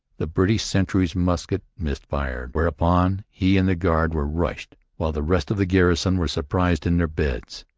the british sentry's musket missed fire whereupon he and the guard were rushed, while the rest of the garrison were surprised in their beds.